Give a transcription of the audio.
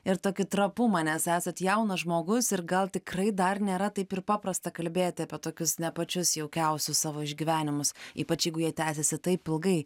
ir tokį trapumą nes esat jaunas žmogus ir gal tikrai dar nėra taip ir paprasta kalbėti apie tokius ne pačius jaukiausius savo išgyvenimus ypač jeigu jie tęsiasi taip ilgai